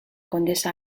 condesa